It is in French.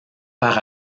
par